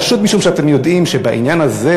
פשוט משום שאתם יודעים שבעניין הזה,